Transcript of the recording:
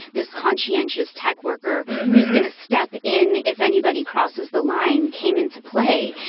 this conscientious tech worker who's going to step in if anybody crosses the line came into play.